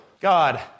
God